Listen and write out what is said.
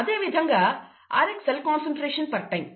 అదేవిధంగా rx cell concentration per time